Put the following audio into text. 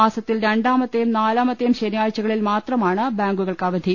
മാസത്തിൽ രണ്ടാമ ത്തെയും നാലാമത്തെയും ശനിയാഴ്ചകളിൽ മാത്ര മാണ് ബാങ്കുകൾക്ക് അവധി